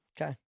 Okay